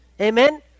Amen